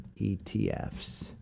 ETFs